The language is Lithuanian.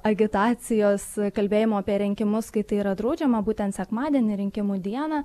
agitacijos kalbėjimo apie rinkimus kai tai yra draudžiama būtent sekmadienį rinkimų dieną